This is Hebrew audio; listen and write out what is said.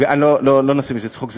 לא נעשה מזה צחוק.